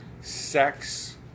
Sex